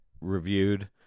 reviewed